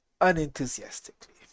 unenthusiastically